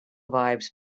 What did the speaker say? vibes